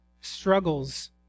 struggles